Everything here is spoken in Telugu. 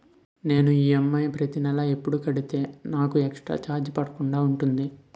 నేను ఈ.ఎం.ఐ ప్రతి నెల ఎపుడు కడితే నాకు ఎక్స్ స్త్ర చార్జెస్ పడకుండా ఉంటుంది?